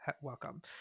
Welcome